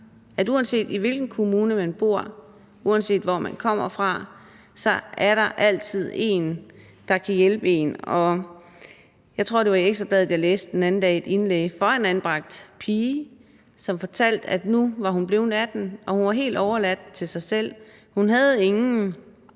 at uanset i hvilken kommune man bor, og uanset hvor man kommer fra, så er der altid en, der kan hjælpe en. Jeg tror, at det var i Ekstra Bladet, at jeg den anden dag læste et indlæg fra en anbragt pige, som fortalte, at nu var hun blevet 18 år, og hun var helt overladt til selv; hun havde ingen til